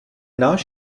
náš